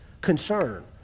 concern